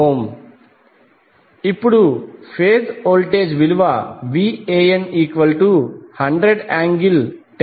57° ఇప్పుడు phase voltage విలువ Van100∠10°V